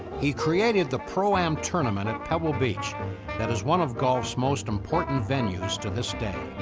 he created the pro am tournament at pebble beach that is one of golf's most important venues to this day.